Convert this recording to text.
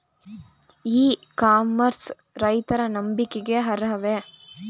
E commerce ರೈತರ ನಂಬಿಕೆಗೆ ಅರ್ಹವೇ?